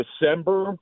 December